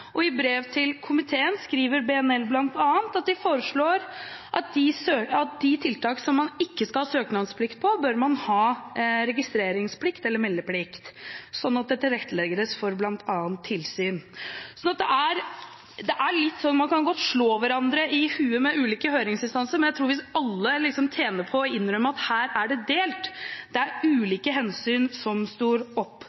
kommune. I brev til komiteen skriver BNL bl.a. at de foreslår at for de tiltak som man ikke skal ha søknadsplikt for, bør man ha registreringsplikt eller meldeplikt, slik at det tilrettelegges for bl.a. tilsyn. Det er litt sånn at man godt kan slå hverandre i hodet med ulike høringsinstanser, men jeg tror at alle tjener på å innrømme at her er det delt,